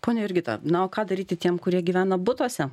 pone jurgita na o ką daryti tiem kurie gyvena butuose